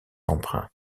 emprunt